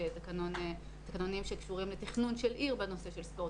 יש תקנונים שקושרים לתכנון של עיר בנושא של ספורט.